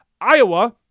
Iowa